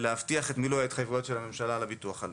ולהבטיח את מילוי התחייבויות הממשלה לביטוח הלאומי.